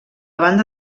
banda